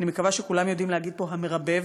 אני מקווה שכולם יודעין להגיד פה המרבב,